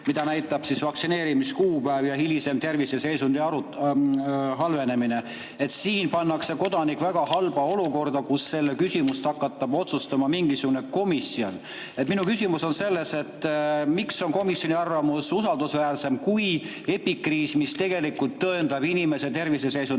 mis näitab vaktsineerimise kuupäeva ja hilisemat terviseseisundi halvenemist. Siin pannakse kodanik väga halba olukorda, kui seda küsimust hakkab otsustama mingisugune komisjon. Minu küsimus on selles, miks on komisjoni arvamus usaldusväärsem kui epikriis, mis tegelikult tõendab inimese terviseseisundi